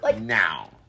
now